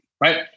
right